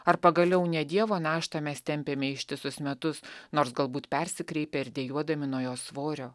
ar pagaliau ne dievo naštą mes tempėme ištisus metus nors galbūt persikreipę ir dejuodami nuo jos svorio